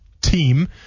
team